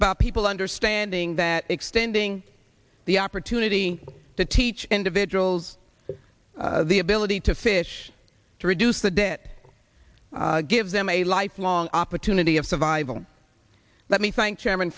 about people understanding that extending the opportunity to teach individuals the ability to fish to reduce the debt give them a lifelong opportunity of survival let me thank chairman